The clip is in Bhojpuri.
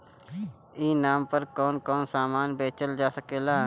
ई नाम पर कौन कौन समान बेचल जा सकेला?